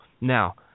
Now